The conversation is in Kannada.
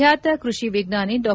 ಬ್ಯಾತ ಕೃಷಿ ವಿಜ್ಞಾನಿ ಡಾ